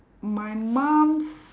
my mum's